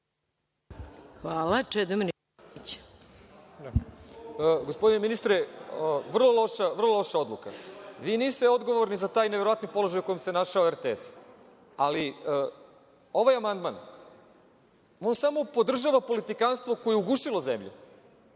Jovanović** Gospodine ministre, vrlo loša odluka. Vi niste odgovornosti za taj neverovatni položaj u kome se našao RTS, ali ovaj amandman samo podržava politikanstvo koje je ugušilo zemlju.